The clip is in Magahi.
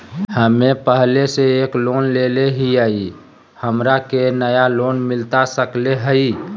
हमे पहले से एक लोन लेले हियई, हमरा के नया लोन मिलता सकले हई?